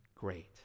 great